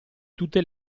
tutte